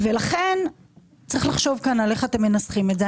ולכן צריך לחשוב כאן על איך אתם מנסחים את זה.